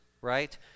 right